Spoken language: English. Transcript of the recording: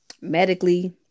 medically